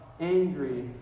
angry